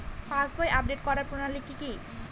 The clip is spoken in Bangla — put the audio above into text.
পাসবই আপডেট করার প্রণালী কি?